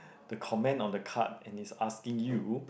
the comment on the card and is asking you